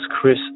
Chris